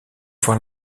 voir